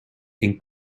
een